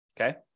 Okay